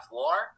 war